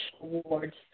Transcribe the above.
awards